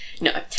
No